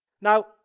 Now